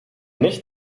nicht